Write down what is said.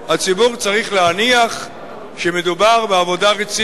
הציבור צריך להניח שמדובר בעבודה רצינית,